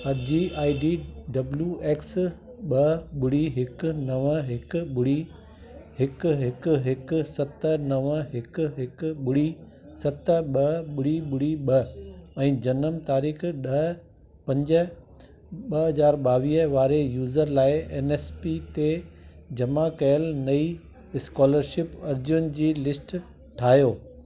अर्जी I D W X ॿ ॿुड़ी हिकु नव हिकु ॿुड़ी हिकु हिकु हिकु सत नव हिकु हिकु ॿुड़ी सत ॿ ॿुड़ी ॿुड़ी ॿ ऐं जनम तारीख़ ॾह पंज ॿ हजार ॿावी वारे यूज़र लाइ एन एस पी ते जमा कयल नई स्कॉलरशिप अर्जियुनि जी लिस्ट ठाहियो